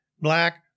Black